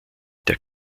der